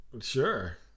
sure